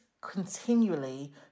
continually